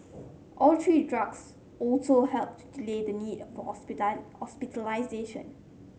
all three drugs also helped delay the need for hospitalisation